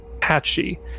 patchy